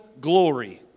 glory